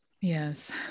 Yes